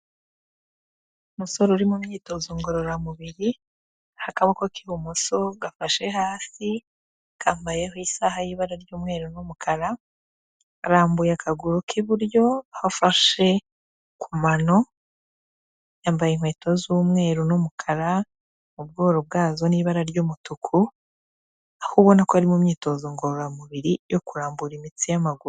Umusore uri mu myitozo ngororamubiri, akaboko k'ibumoso gafashe hasi kambayeho isaha y'ibara ry'umweru n'umukara, arambuye akaguru k'iburyo afashe ku mano, yambaye inkweto z'umweru n'umukara, mu bworo bwazo n'ibara ry'umutuku, aho ubona ko ari mu myitozo ngororamubiri yo kurambura imitsi y'amaguru.